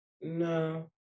No